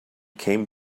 came